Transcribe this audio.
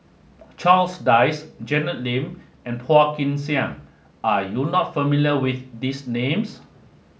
Charles Dyce Janet Lim and Phua Kin Siang are you not familiar with these names